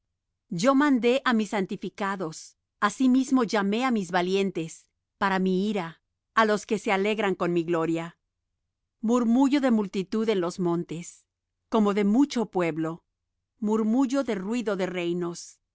yo mandé á mis santificados asimismo llamé á mis valientes para mi ira á los que se alegran con mi gloria murmullo de multitud en los montes como de mucho pueblo murmullo de ruido de reinos